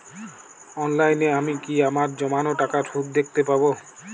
অনলাইনে আমি কি আমার জমানো টাকার সুদ দেখতে পবো?